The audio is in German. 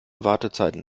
wartezeiten